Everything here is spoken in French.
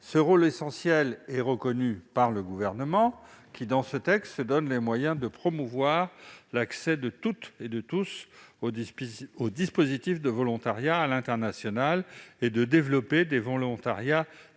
Ce rôle essentiel est reconnu par le Gouvernement qui, dans ce texte, se donne les moyens de promouvoir l'accès de toutes et de tous au dispositif de volontariat à l'international et de développer des volontariats